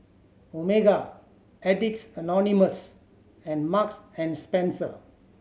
Omega Addicts Anonymous and Marks and Spencer